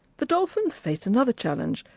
the dolphins face another challenge,